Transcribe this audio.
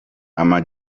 ama